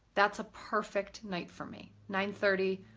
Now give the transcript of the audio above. that's a perfect night for me. nine thirty,